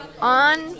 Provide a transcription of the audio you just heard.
on